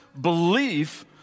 belief